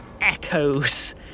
echoes